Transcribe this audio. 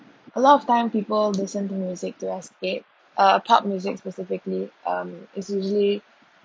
a lot of time people listen to music to escape uh pop music specifically um is usually